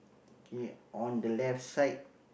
okay on the left side